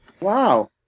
Wow